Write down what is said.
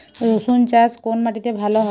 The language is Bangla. রুসুন চাষ কোন মাটিতে ভালো হয়?